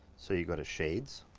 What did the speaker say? so you go to shades.